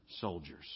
soldiers